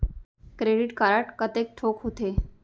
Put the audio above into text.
Credit card कतेक ठोक होथे?